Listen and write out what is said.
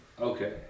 Okay